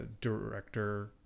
director